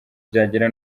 byagera